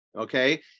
Okay